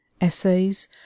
essays